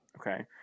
Okay